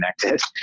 connected